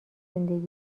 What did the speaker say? زندگی